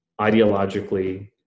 ideologically